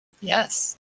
yes